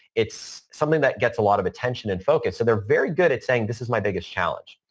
it's something that gets a lot of attention and focus. so, they're very good at saying, this is my biggest challenge.